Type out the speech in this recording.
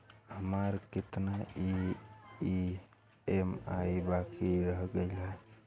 हमार कितना ई ई.एम.आई बाकी रह गइल हौ?